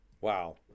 Wow